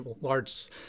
large